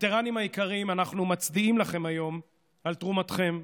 וטרנים יקרים, אנחנו מצדיעים לכם היום על תרומתכם,